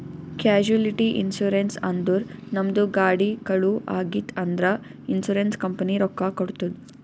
casualty insurance ಅಂದುರ್ ನಮ್ದು ಗಾಡಿ ಕಳು ಆಗಿತ್ತ್ ಅಂದ್ರ ಇನ್ಸೂರೆನ್ಸ್ ಕಂಪನಿ ರೊಕ್ಕಾ ಕೊಡ್ತುದ್